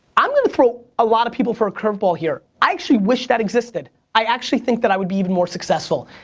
i'm gonna throw a lot of people for a curve ball here. i actually wish that existed. i actually think that i would be even more successful.